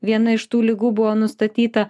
viena iš tų ligų buvo nustatyta